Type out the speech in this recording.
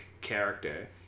character